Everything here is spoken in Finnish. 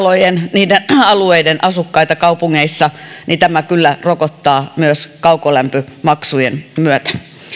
niiden alueiden asukkaita kaupungeissa tämä kyllä rokottaa myös kaukolämpömaksujen myötä